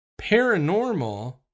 paranormal